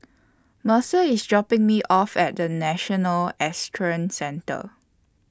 Mercer IS dropping Me off At The National Equestrian Centre